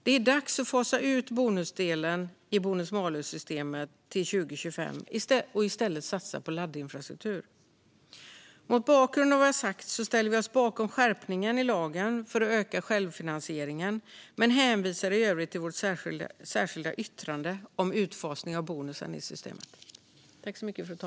Det är dags att fasa ut bonusdelen i bonus malus-systemet till 2025 och i stället satsa på laddinfrastruktur. Mot bakgrund av vad jag har sagt ställer vi oss bakom skärpningen i lagen för att öka självfinansieringen men hänvisar i övrigt till vårt särskilda yttrande om utfasning av bonusen i systemet.